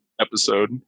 episode